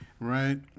right